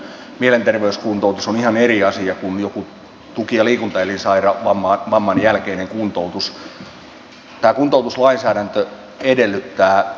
mielenterveyskuntoutus on ihan eri asia kuin joku tuki ja liikuntaelinvamman jälkeinen kuntoutus